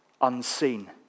unseen